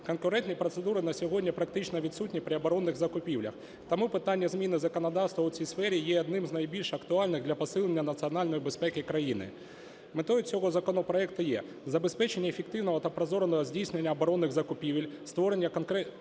Конкурентні процедури на сьогодні практично відсутні при оборонних закупівлях, тому питання зміни законодавства у цій сфері є одним з найбільш актуальних для посилення національної безпеки країни. Метою цього законопроекту є забезпечення ефективного та прозорого здійснення оборонних закупівель, створення конкурентного